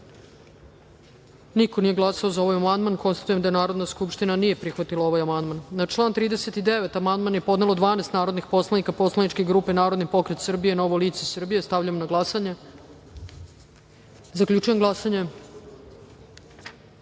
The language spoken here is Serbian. Niko nije glasao za ovaj amandman. Konstatujem da Narodna skupština nije prihvatila ovaj amandman. Na član 39. amandman je podnelo 12 narodnih poslanika Poslaničke grupe Narodni pokret Srbije – Novo lice Srbije. Stavljam na glasanje. Zaključujem glasanje: